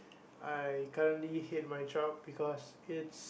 I currently hate my job because it's